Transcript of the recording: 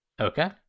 Okay